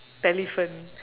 telephant